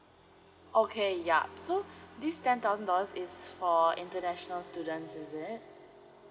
okay yup so this ten thousand dollars is for international students is it